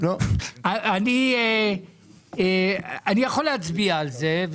אני יכול להצביע על זה,